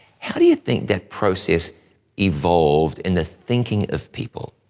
how do you think that process evolved in the thinking of people,